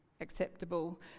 Acceptable